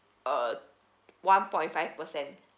uh one point five percent